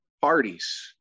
parties